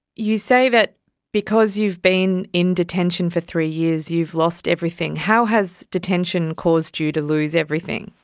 you say that because you've been in detention for three years you've lost everything. how has detention caused you to lose everything?